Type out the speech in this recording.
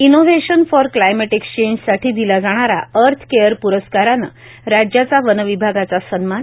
innovation for climate एक्सचेंजसाठी दिला जाणारा अर्थ केअर प्रस्कारानं राज्याचा वनविभागाचा सन्मान